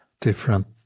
different